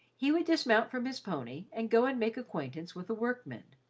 he would dismount from his pony and go and make acquaintance with the workmen,